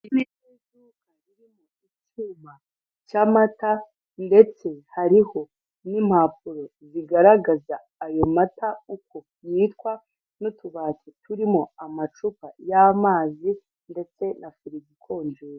Iri ni iduka ririmo icyuma cy'amata ndetse hariho n'impapuro zigaragaza ayo mata uko yitwa n'utubati turimo amacupa y'amazi ndetse na firigo ikonjesha.